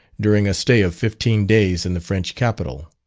during a stay of fifteen days in the french capital.